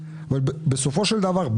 בסופו של דבר,